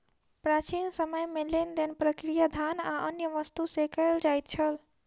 प्राचीन समय में लेन देन प्रक्रिया धान आ अन्य वस्तु से कयल जाइत छल